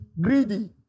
greedy